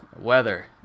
weather